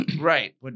Right